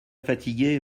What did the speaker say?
fatiguer